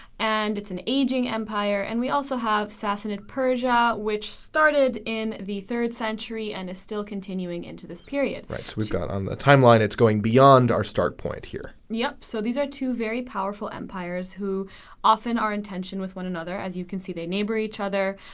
and it's an aging empire and we also have sassanid persia which started in the third century and is still continuing into this period. right, so we've got on the timeline it's going beyond our start point here. yep. so these are two very powerful empires who often are in tension with one another. as you can see they neighbor each other.